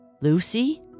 Lucy